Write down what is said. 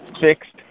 fixed